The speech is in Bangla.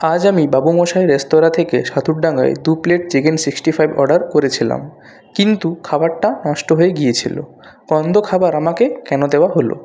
আজ আমি বাবুমশাই রেস্তোরাঁ থেকে সাতুরডাঙ্গায় দু plate chicken sixty five order করেছিলাম কিন্তু খাবারটা নষ্ট হয়ে গিয়েছিলো গন্ধ খাবার আমাকে কেন দেওয়া হল